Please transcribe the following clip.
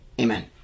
Amen